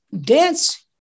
dance